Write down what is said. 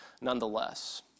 nonetheless